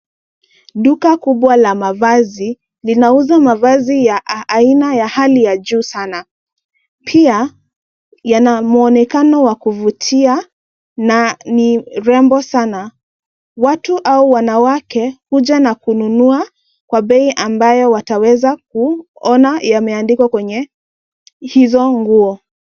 Duka kubwa la mavazi, linauza mavazi ya aina ya hali ya juu sana. Pia, yana mwonekano wa kuvutia na ni rembo sana. Watu au wanawake huja na kununua Kwa bei ambayo wataweza kuona yameandikwa kwenye hizo nguo.